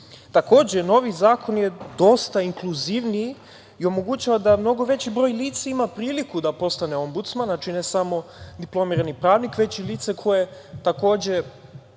novi zakon je dosta inkluzivniji i omogućava da mnogo veći broj lica ima priliku da postane Ombudsman, znači, ne samo diplomirani pravnik, već i lice koje se takođe